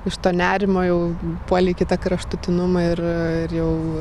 iš to nerimo jau puoli į kitą kraštutinumą ir ir jau